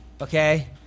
okay